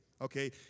okay